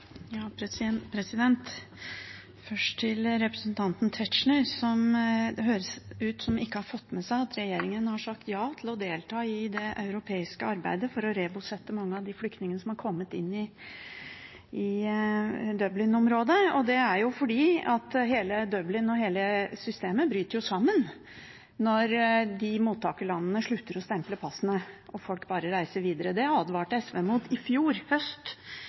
Tetzschner: Det høres ut som han ikke har fått med seg at regjeringen har sagt ja til å delta i det europeiske arbeidet for å rebosette mange av de flyktningene som har kommet inn i Dublin-området, og det er jo fordi hele Dublin-systemet bryter sammen når mottakerlandene slutter å stemple passene og folk bare reiser videre. Det advarte SV mot i fjor høst,